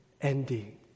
ending